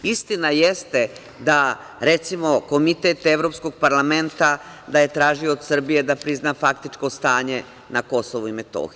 Istina jeste da, recimo, Komitet evropskog parlamenta, da je tražio od Srbije da prizna faktičko stanje na KiM.